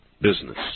business